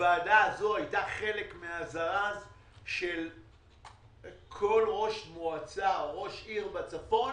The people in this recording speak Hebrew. והוועדה הזו הייתה חלק מהזרז של כל ראש מועצה או ראש עיר בצפון